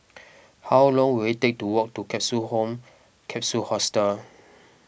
how long will it take to walk to Capsule Home Capsule Hostel